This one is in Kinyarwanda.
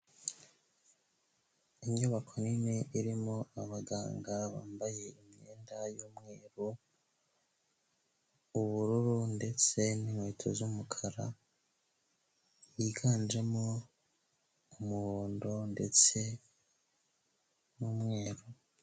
Inyubako nini irimo abaganga bambaye imyenda y'umweru, ubururu ndetse n'inkweto z'umukara, yiganjemo umuhondo ndetse n'umweru.